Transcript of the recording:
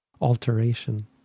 alteration